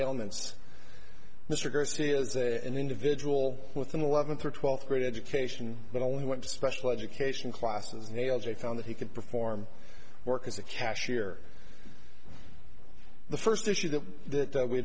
ailments mr garcia's an individual with an eleventh or twelfth grade education but only went to special education classes nails they found that he could perform work as a cashier the first issue